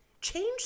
change